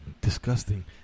Disgusting